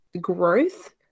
growth